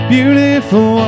Beautiful